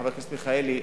חבר הכנסת מיכאלי,